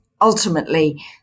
ultimately